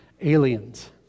aliens